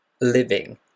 living